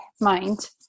mind